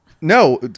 No